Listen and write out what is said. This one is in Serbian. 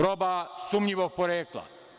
Roba sumnjivog porekla.